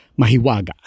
mahiwaga